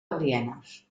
alienes